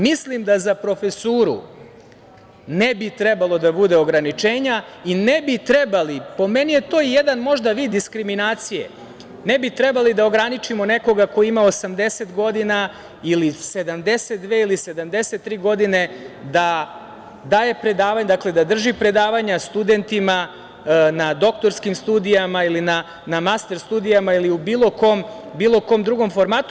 Mislim da za profesuru ne bi trebalo da bude ograničenja i ne bi trebali, po meni je to jedan možda vid diskriminacije, da ograničimo nekoga ko ima 80 godina ili 72 ili 73 godine da daje predavanja, da drži predavanja studentima na doktorskim studijama ili na master studijama ili u bilo kom drugom formatu.